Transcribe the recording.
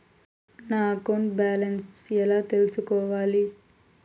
నా account balance ఎలా తెల్సుకోవాలి